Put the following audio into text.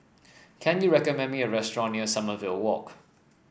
can you recommend me a restaurant near Sommerville Walk